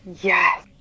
Yes